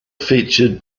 featured